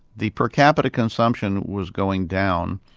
the per capita consumption was going down,